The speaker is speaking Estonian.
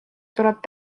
tuleb